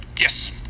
yes